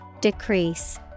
decrease